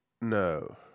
No